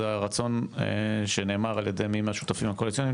זה הרצון שנאמר על ידי מי מהשותפים הקואליציוניים,